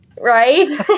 Right